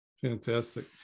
Fantastic